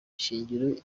shingiro